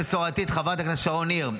חברת הכנסת שרון ניר,